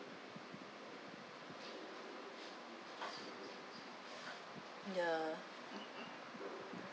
ya